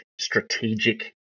strategic